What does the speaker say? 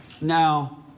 now